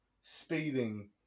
speeding